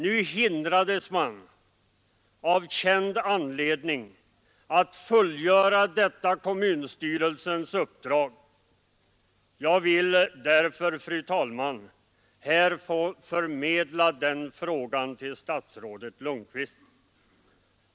Nu hindrades man av känd anledning att fullgöra detta kommunstyrelsens uppdrag. Jag vill därför, fru talman, här få förmedla den frågan till statsrådet Lundkvist.